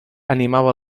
animava